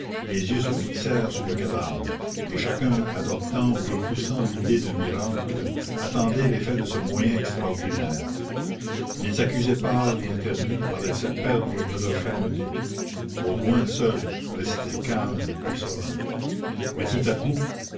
les yeux se fixèrent sur le cadavre et chacun adoptant ou repoussant l'idée d'un miracle attendait l'effet de ce moyen extraordinaire les accusés pâles et interdits paraissaient perdre de leur fermeté baudouin seul restait calme et serein mais tout-à-coup ô